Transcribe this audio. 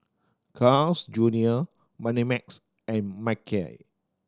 Carl's Junior Moneymax and Mackay